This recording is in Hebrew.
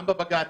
גם בב"צים,